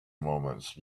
moments